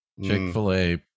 Chick-fil-A